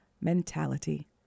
mentality